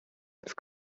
school